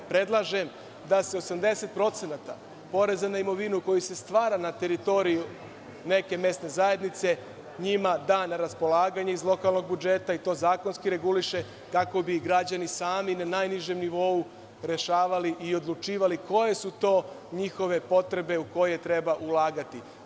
Predlažem da se 80% poreza na imovinu koji se stvara na teritoriji neke mesne zajednice njima da na raspolaganje iz lokalnog budžeta i to zakonski reguliše, kako bi građani sami na najnižem nivou rešavali i odlučivali koje su to njihove potrebe u koje treba ulagati.